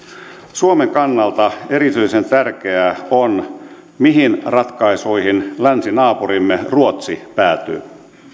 suomen kannalta erityisen tärkeää on mihin ratkaisuihin länsinaapurimme ruotsi päätyy